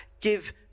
Give